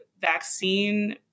vaccine